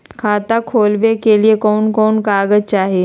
खाता खोलाबे के लिए कौन कौन कागज चाही?